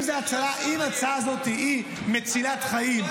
אם ההצעה הזאת מצילת חיים --- אתה